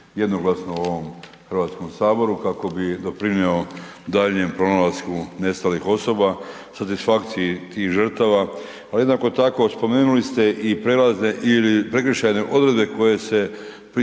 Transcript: jednoglasno u ovom HS-u kako bi doprinio daljnjem pronalasku nestalih osoba, satisfakciji tih žrtava, ali jednako tako, spomenuli ste i prekršajne odredbe koje se .../Govornik